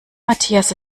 matthias